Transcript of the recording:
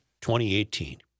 2018